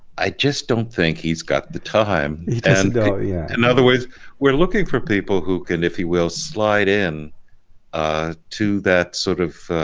i just don't think he's got the time and yeah in other words we're looking for people who can, if he will slide in ah to that sort of